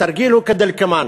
התרגיל הוא כדלקמן: